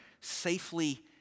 safely